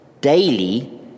daily